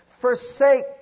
Forsake